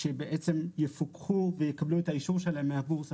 ושבעצם יפוקחו ויקבלו את הרישיון שלהם מהבורסה